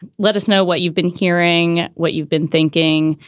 let us know what you've been hearing, what you've been thinking.